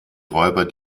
räuber